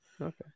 Okay